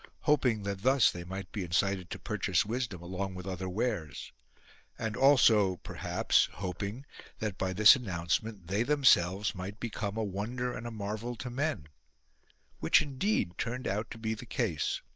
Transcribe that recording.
hoping that thus they might be incited to purchase wisdom along with other wares and also perhaps hoping that by this announcement they themselves might become a wonder and a marvel to men which indeed turned out to be the case.